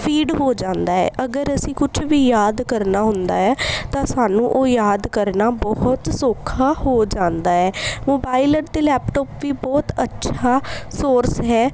feed ਹੋ ਜਾਂਦਾ ਹੈ ਅਗਰ ਅਸੀਂ ਕੁਝ ਵੀ ਯਾਦ ਕਰਨਾ ਹੁੰਦਾ ਹੈ ਤਾਂ ਸਾਨੂੰ ਉਹ ਯਾਦ ਕਰਨਾ ਬਹੁਤ ਸੌਖਾ ਹੋ ਜਾਂਦਾ ਹੈ ਮੋਬਾਇਲ ਅਤੇ ਲੈਪਟੋਪ ਵੀ ਬਹੁਤ ਅੱਛਾ ਸੋਰਸ ਹੈ